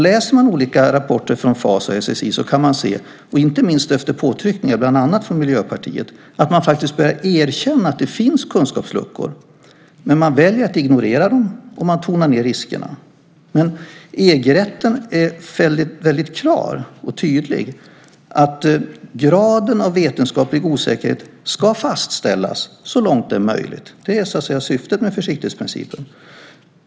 Läser man olika rapporter från FAS och SSI kan man se att man faktiskt börjar erkänna att det finns kunskapsluckor, inte minst efter påtryckningar från bland annat Miljöpartiet. Men man väljer att ignorera dem och tonar ned riskerna. EG-rätten är väldigt klar och tydlig med att graden av vetenskaplig osäkerhet ska fastställas så långt det är möjligt. Det är syftet med försiktighetsprincipen.